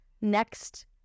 next